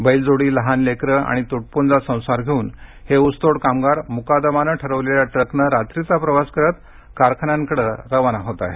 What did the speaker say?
बैल जोडी लहान लेकरं आणि तुटपुंजा संसार घेऊन हे ऊसतोड कामगार मुकादमाने ठरविलेल्या ट्रकने रात्रीचा प्रवास करत कारखान्यांकडे रवाना होत आहेत